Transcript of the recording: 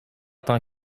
tant